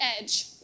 Edge